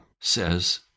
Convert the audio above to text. says